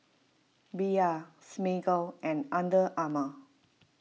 Bia Smiggle and Under Armour